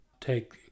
take